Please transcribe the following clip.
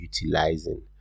utilizing